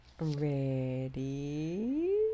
Ready